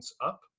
up